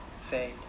fade